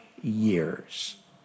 years